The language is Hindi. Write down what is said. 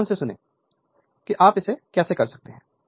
बस ध्यान से सुनें कि आप इसे कैसे कर सकते हैं